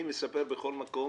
י"ז בטבת תשע"ט,